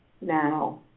now